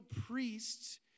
priests